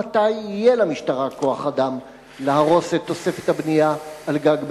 מתי יהיה למשטרה כוח-אדם להרוס את תוספת הבנייה על גג בית-הכנסת?